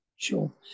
Sure